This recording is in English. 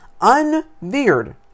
unveered